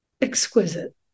exquisite